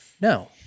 No